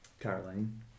Caroline